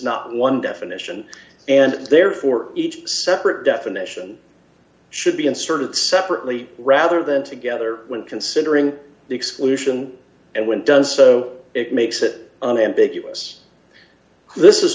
not one definition and therefore each separate definition should be inserted separately rather than together when considering the exclusion and when does so it makes it unambiguous this is